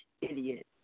idiot